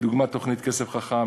דוגמת התוכנית "כסף חכם".